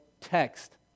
text